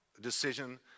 decision